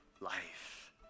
life